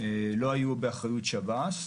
לא היו באחריות שב"ס.